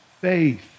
Faith